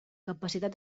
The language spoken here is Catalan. capacitat